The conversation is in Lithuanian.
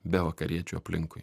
be vakariečių aplinkui